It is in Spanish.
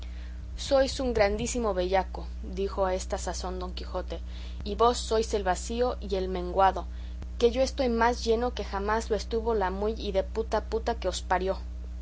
sois un grandísimo bellaco dijo a esta sazón don quijote y vos sois el vacío y el menguado que yo estoy más lleno que jamás lo estuvo la muy hideputa puta que os parió